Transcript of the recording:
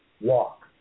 walk